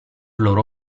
loro